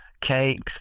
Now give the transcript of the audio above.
cakes